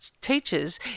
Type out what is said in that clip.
teachers